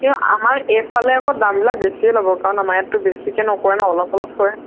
কিয় আমাৰ এইফালে আকৌ দামবিলাক বেছিয়ে ল'ব কাৰণ আমাৰ ইয়াতটো বেছিকৈ নকৰে ন অলপ অলপ কৰে